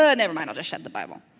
ah nevermind, i'll just shut the bible.